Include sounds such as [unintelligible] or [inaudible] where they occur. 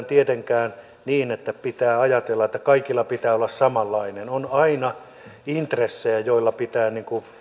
[unintelligible] tietenkään pelkästään niin että pitää ajatella että kaikilla pitää olla samanlainen on aina intressejä joilla pitää